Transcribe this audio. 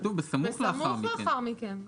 כתוב "בסמוך לאחר מכן".